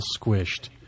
squished